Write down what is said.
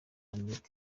n’iminota